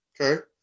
Okay